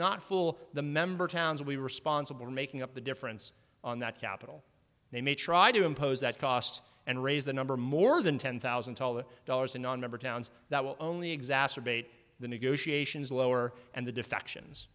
not full the member towns will be responsible for making up the difference on that capital they may try to impose that cost and raise the number more than ten thousand dollars a nonmember towns that will only exacerbate the negotiations lower and the defections